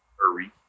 Hurry